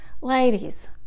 ladies